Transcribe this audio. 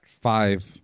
five